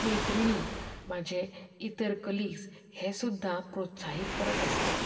म्हाज्यो मैत्रिणी म्हाजे इतर कलिग्स हे सुद्दा प्रोत्साहीत करता आसतात